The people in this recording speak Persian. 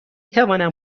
توانم